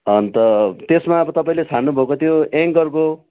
अन्त त्यसमा अब तपाईँले छान्नु भएको थियो एङ्करको